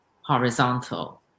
horizontal